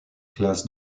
classes